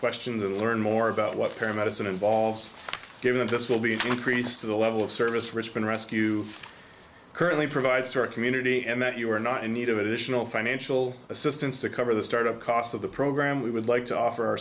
questions and learn more about what her medicine involves giving to us will be increased to the level of service richmond rescue currently provides store community and that you are not in need of additional financial assistance to cover the start up costs of the program we would like to offer